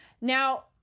Now